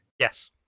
Yes